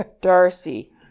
Darcy